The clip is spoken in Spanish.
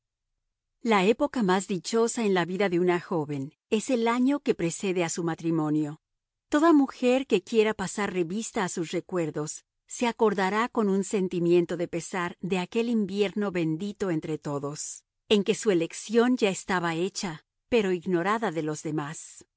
la época más dichosa en la vida de una joven es el año que precede a su matrimonio toda mujer que quiera pasar revista a sus recuerdos se acordará con un sentimiento de pesar de aquel invierno bendito entre todos en que su elección ya estaba hecha pero ignorada de los demás